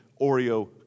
Oreo